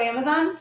Amazon